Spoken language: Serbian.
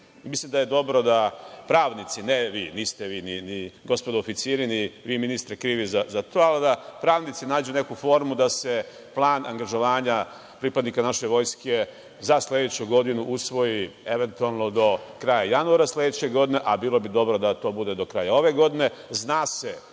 Mislim da je dobro da pravnici, ne vi, niste vi ni gospodo oficiri, ni vi ministre krivi za to, ali da pravnici nađu neku formu da se plan angažovanja pripadnika naše vojske za sledeću godinu usvoji eventualno do kraja januara sledeće godine, a bilo bi dobro da to bude do kraja ove godine. Zna